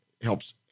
helps